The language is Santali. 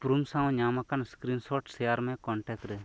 ᱩᱯᱨᱩᱢ ᱥᱟᱶ ᱧᱟᱢᱟᱠᱟᱱ ᱥᱠᱨᱤᱱᱥᱚᱴ ᱥᱮᱭᱟᱨ ᱢᱮ ᱠᱚᱱᱴᱮᱠ ᱨᱮ